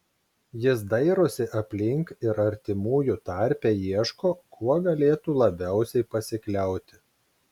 jis dairosi aplink ir artimųjų tarpe ieško kuo galėtų labiausiai pasikliauti